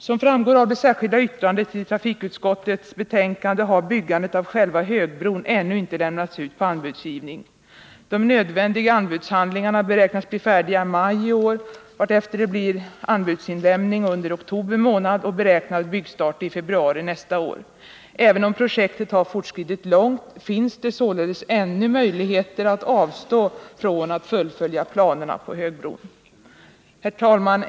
Som framgår av det särskilda yttrandet till trafikutskottets betänkande har byggandet av själva högbron ännu inte lämnats ut till anbudsgivning. De nödvändiga anbudshandlingarna beräknas bli färdiga i maj i år, varefter det blir anbudsinlämning under oktober månad och beräknad byggstart i februari nästa år. Även om projektet har fortskridit långt finns det således ännu möjligheter att avstå från att fullfölja planerna på högbron. Herr talman!